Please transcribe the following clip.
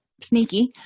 sneaky